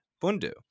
Bundu